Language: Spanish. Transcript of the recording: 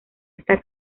esta